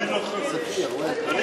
כבוד השר וילנאי, אני באמת-באמת, בבקשה,